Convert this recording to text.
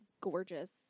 gorgeous